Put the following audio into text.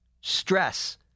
stress